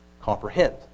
comprehend